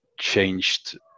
changed